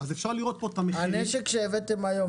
אפשר לראות פה את המחירים --- הנשק שהבאתם היום,